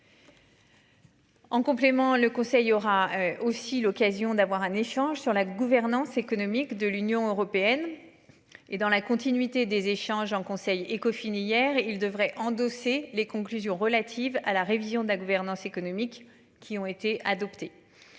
En complément. Le conseil aura aussi l'occasion d'avoir un échange sur la gouvernance économique de l'Union européenne. Et dans la continuité des échanges en conseil Ecofine hier, il devrait endosser les conclusions relatives à la révision de la gouvernance économique qui ont été adoptés.